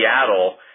Seattle